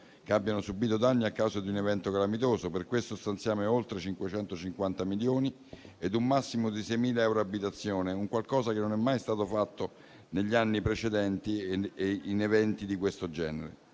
che abbiano subito danni a causa di un evento calamitoso. Per questo stanziamo oltre 550 milioni ed un massimo di 6.000 euro per abitazione: è un qualcosa che non è mai stato fatto negli anni precedenti e in eventi di questo genere.